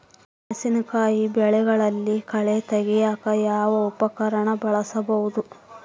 ಮೆಣಸಿನಕಾಯಿ ಬೆಳೆಯಲ್ಲಿ ಕಳೆ ತೆಗಿಯಾಕ ಯಾವ ಉಪಕರಣ ಬಳಸಬಹುದು?